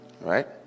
Right